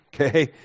okay